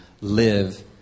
live